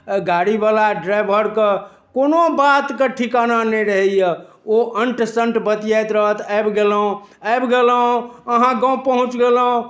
गाड़ीवला ड्राइभरके कोनो बातके ठिकाना नहि रहैए ओ अण्ट सण्ट बतियाइत रहत आबि गेलहुँ आबि गेलहुँ अहाँ गाँव पहुँचि गेलहुँ